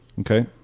Okay